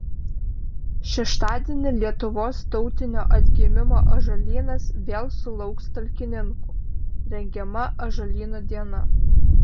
šeštadienį lietuvos tautinio atgimimo ąžuolynas vėl sulauks talkininkų rengiama ąžuolyno diena